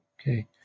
Okay